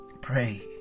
Pray